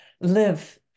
live